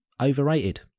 overrated